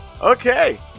Okay